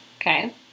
Okay